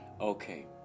okay